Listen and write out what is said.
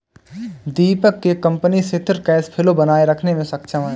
दीपक के कंपनी सिथिर cash flow बनाए रखने मे सक्षम है